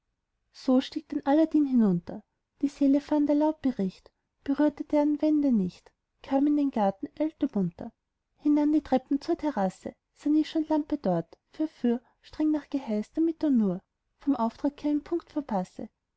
so stieg denn aladdin hinunter die säle fand er laut bericht berührte deren wände nicht kam in den garten eilte munter hinan die treppen zur terrasse sah nisch und lampe dort verfuhr streng nach geheiß damit er nur vom auftrag keinen punkt